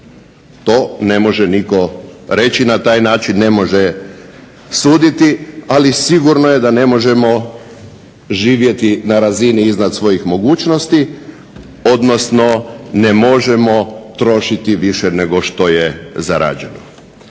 to ne može nitko reći i na taj način ne može suditi ali sigurno je da ne možemo živjeti na razini iznad svojih mogućnosti, odnosno ne možemo trošiti više nego što je zarađeno.